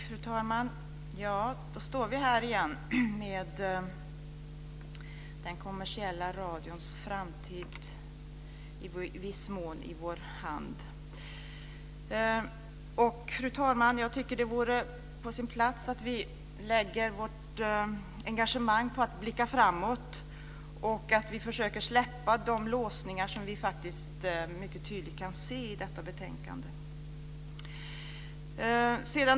Fru talman! Nu står vi här igen med den kommersiella radions framtid i viss mån i våra händer. Det vore på sin plats för oss att lägga vårt engagemang på att blicka framåt och att försöka släppa de låsningar som mycket tydligt kan ses i detta betänkande.